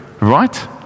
right